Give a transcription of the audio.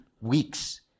weeks